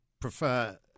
prefer